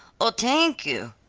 oh tank you,